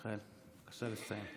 מיכאל, בבקשה לסיים.